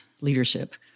leadership